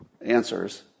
answers